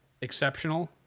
exceptional